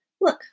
Look